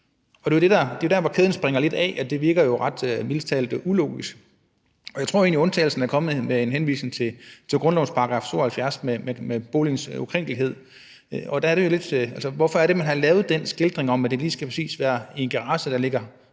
Det er jo dér, kæden hopper lidt af, for det virker mildest talt ulogisk. Jeg tror egentlig, at undtagelsen er kommet med en henvisning til grundlovens § 72 om boligens ukrænkelighed. Men hvorfor er det, man har lavet den bestemmelse, at det lige præcis er i en garage, der ligger